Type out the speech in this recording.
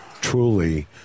truly